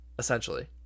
essentially